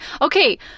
Okay